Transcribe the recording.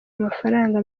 amafaranga